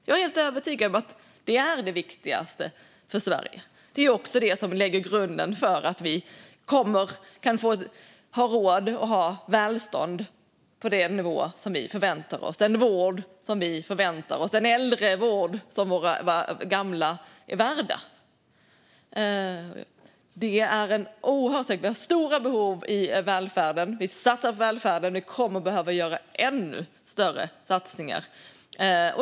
Jag är helt övertygad om att det är det viktigaste för Sverige. Det är också det som lägger grunden till att vi kan ha råd att ha välstånd på den nivå som vi förväntar oss - den vård som vi förväntar oss och den äldrevård som våra gamla är värda. Det finns stora behov i välfärden, och vi satsar på välfärden. Vi kommer att behöva ännu större satsningar.